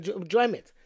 enjoyment